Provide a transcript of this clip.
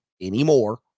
anymore